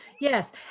Yes